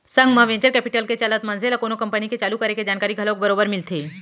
संग म venture capital के चलत मनसे ल कोनो कंपनी के चालू करे के जानकारी घलोक बरोबर मिलथे